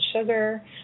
sugar